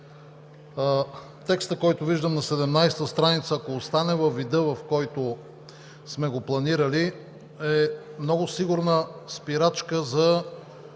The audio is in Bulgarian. текстът, който виждам на 17 страница, ако остане във вида, в който сме планирали, е много сигурна спирачка за